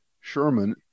Sherman